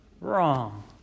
wrong